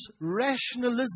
rationalism